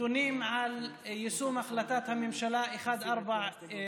נתונים על יישום החלטת הממשלה 1402,